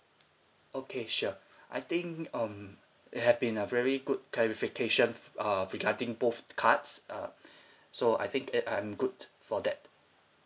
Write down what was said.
okay sure I think um it have been a very good clarification f~ uh regarding both cards uh so I think it I'm good for that